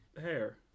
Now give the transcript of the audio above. hair